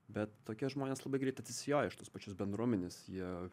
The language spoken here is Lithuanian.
bet tokie žmonės labai greit atsisijoja iš tos pačios bendruomenės jie